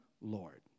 Lord